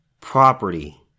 property